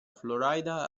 florida